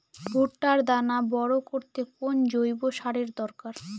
ভুট্টার দানা বড় করতে কোন জৈব সারের দরকার?